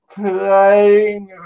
playing